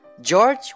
George